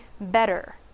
better